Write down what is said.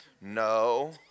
no